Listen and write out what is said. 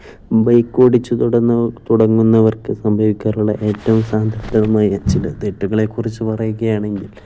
bike ഓടിച്ചുതുടങ്ങുന്നവർക്കു സംഭവിക്കാറുള്ള ഏറ്റവും ചില തെറ്റുകളെക്കുറിച്ചു പറയുകയാണെങ്കിൽ